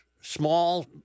Small